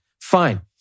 Fine